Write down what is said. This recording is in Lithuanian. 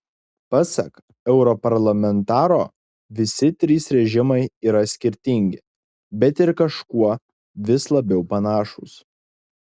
pasak europarlamentaro visi trys režimai yra skirtingi bet ir kažkuo vis labiau panašūs